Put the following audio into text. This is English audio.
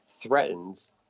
threatens